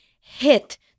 hit